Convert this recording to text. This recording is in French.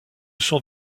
sont